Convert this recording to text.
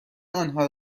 آنها